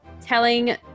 Telling